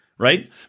Right